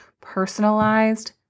personalized